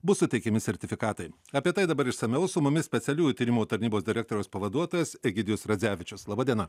bus įteikiami sertifikatai apie tai dabar išsamiau su mumis specialiųjų tyrimų tarnybos direktoriaus pavaduotojas egidijus radzevičius laba diena